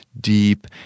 deep